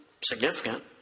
significant